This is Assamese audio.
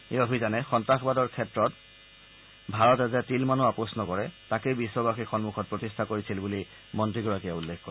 এই অভিযানে সন্নাসবাদৰ ক্ষেত্ৰত ভাৰতে যে তিলমানো আপোচ নকৰে তাকেই বিশ্ববাসীৰ সন্মুখত প্ৰতিষ্ঠা কৰিছিল বুলি মন্ত্ৰীগৰাকীয়ে উল্লেখ কৰে